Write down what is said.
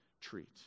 treat